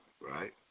right